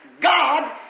God